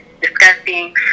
disgusting